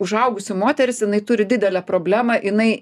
užaugusi moteris jinai turi didelę problemą jinai